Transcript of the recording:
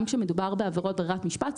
גם כאשר מדובר בעבירות ברירת משפט,